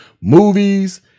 movies